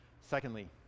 secondly